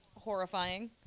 horrifying